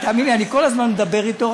תאמין לי, אני כל הזמן מדבר אתו.